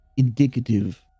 indicative